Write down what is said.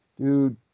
Dude